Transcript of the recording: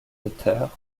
auteurs